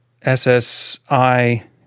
SSI